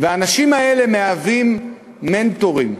והאנשים האלה מהווים מנטורים,